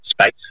space